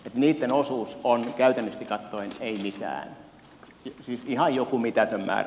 niitten osuus on käytännöllisesti katsoen ei mitään ihan joku mitätön määrä